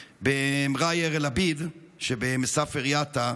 ובמע'ייר אל-עביד שבספר העיירה יטא,